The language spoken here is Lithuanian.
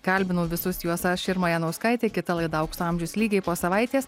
kalbinau visus juos aš irma janauskaitė kita laida aukso amžius lygiai po savaitės